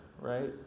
right